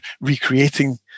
recreating